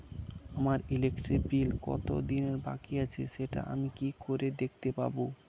আমার electric bill কত দিনের বাকি আছে সেটা আমি কি করে দেখতে পাবো?